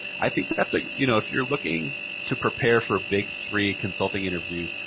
i think that's a you know, if you're looking to prepare for big three consulting interviews,